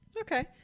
Okay